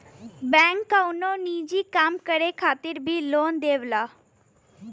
bank कउनो निजी काम करे खातिर भी लोन देवला